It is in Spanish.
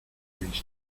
visto